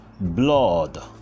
blood